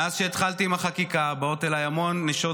מאז שהתחלתי עם החקיקה באות אליי המון נשות